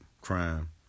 crime